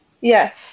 Yes